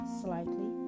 slightly